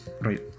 Right